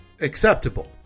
acceptable